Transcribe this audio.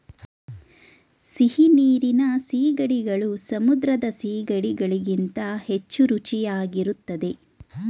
ಸಿಹಿನೀರಿನ ಸೀಗಡಿಗಳು ಸಮುದ್ರದ ಸಿಗಡಿ ಗಳಿಗಿಂತ ಹೆಚ್ಚು ರುಚಿಯಾಗಿರುತ್ತದೆ